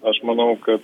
aš manau kad